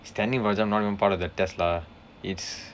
standing broad jump not even part of the test lah it's